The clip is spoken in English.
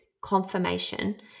confirmation